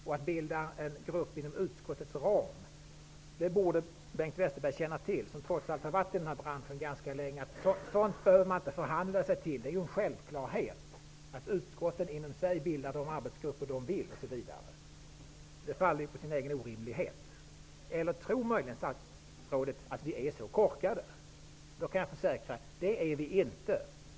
Eftersom Bengt Westerberg har varit i den här branschen ganska länge borde han känna till att man inte behöver förhandla sig till att bilda en grupp inom utskottets ram. Det är en självklarhet att man inom utskotten bildar de arbetsgrupper man vill osv. Att det inte skulle vara så faller på sin egen orimlighet, eller tror möjligen statsrådet att vi är så korkade? I så fall kan jag försäkra att det är vi inte.